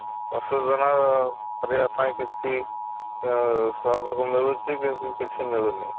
ପଶୁପାଳନ କରିବା ପାଇଁ କିଛି ସହଯୋଗ ମିଳୁଛି କିନ୍ତୁ କିଛି ମିଳୁନି